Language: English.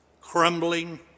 crumbling